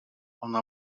ona